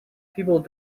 people